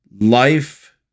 Life